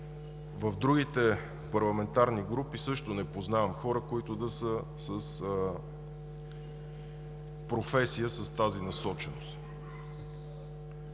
В другите парламентарни групи също не познавам хора, които да са с професия с тази насоченост.